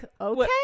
okay